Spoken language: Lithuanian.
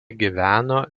gyveno